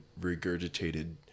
regurgitated